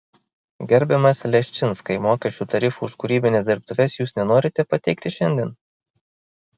gerbiamas leščinskai mokesčių tarifų už kūrybines dirbtuves jūs nenorite pateikti šiandien